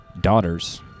daughters